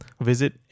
visit